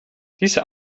dieser